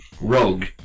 rogue